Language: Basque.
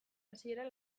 hasieran